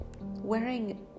wearing